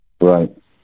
Right